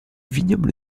vignoble